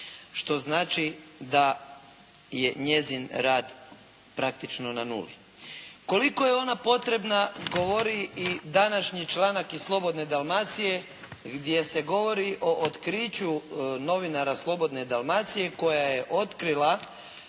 što znači da je njezin rad praktično na nuli. Koliko je ona potrebna govori i današnji članak iz "Slobodne Dalmacije" gdje se govori o otkriću novinara "Slobodne Dalmacije" koja je otkrila